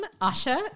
Usher